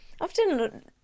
often